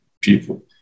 people